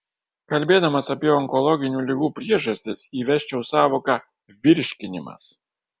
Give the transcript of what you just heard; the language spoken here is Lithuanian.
kalbėdamas apie onkologinių ligų priežastis įvesčiau sąvoką virškinimas